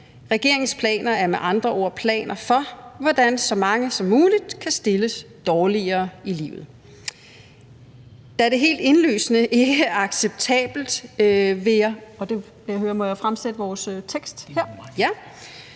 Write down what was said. Regeringens planer er med andre ord planer for, hvordan så mange som muligt kan stilles dårligere i livet. Da det helt indlysende ikke er acceptabelt, vil jeg fremføre vores forslag til vedtagelse.